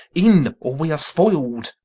in, or we are spoil'd.